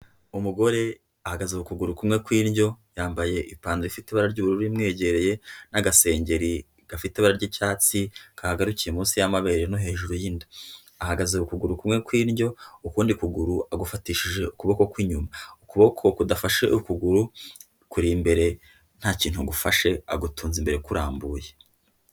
Imugore ahagaze ku kuguru kumwe ku indyo yambaye ipantaro ifite ibara ry'ubururu imwegereye n'agasengeri gafite ibara ry'icyatsi kagarukiye munsi y'amabere no hejuru y'inda, ahagaze ku kuguru kumwe ku indyo ukundi kuguru agufatishije ukuboko kw'inyuma, ukuboko kudafashe ukuguru kuri imbere nta kintu gufashe agutunze mbere kurambuye.